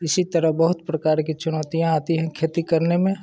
इसी तरह बहुत प्रकार की चुनौतियाँ आती है खेती करने में